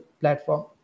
platform